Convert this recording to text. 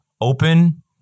open